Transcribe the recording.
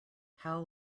how